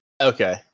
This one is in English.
Okay